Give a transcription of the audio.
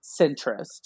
centrist